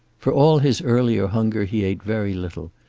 for all his earlier hunger he ate very little,